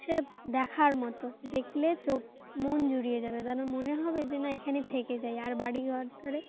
সে দেখার মতো দেখলে চোখ মন জুড়িয়ে যাবে যেন মনে হবে যে না এখানে থেকে যাই আর বাড়ি ঘর ধরে